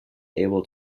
able